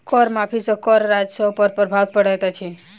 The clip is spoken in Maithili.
कर माफ़ी सॅ कर राजस्व पर प्रभाव पड़ैत अछि